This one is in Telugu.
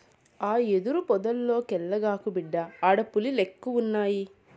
ఆ యెదురు పొదల్లోకెల్లగాకు, బిడ్డా ఆడ పులిలెక్కువున్నయి